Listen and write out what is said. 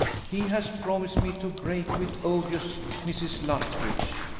he has promised me to break with odious mrs. luttridge.